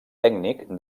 tècnic